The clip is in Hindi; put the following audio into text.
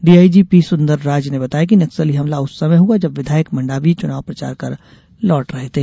डीआईजी पी सुन्दरराज ने बताया नक्सली हमला उस समय हुआ जब विधायक मंडावी चुनाव प्रचार कर लौट रहे थे